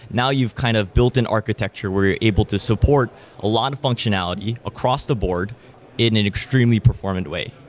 now you've kind of built an architecture where you're able to support a lot of functionality across the board in an extremely performant way.